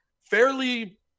fairly